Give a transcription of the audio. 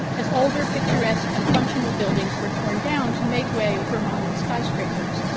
as older, picturesque, and functional buildings were torn down to make way for modern skyscrapers.